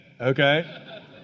okay